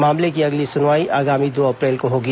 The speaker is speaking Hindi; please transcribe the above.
मामले की अगली सुनवाई आगामी दो अप्रैल को होगी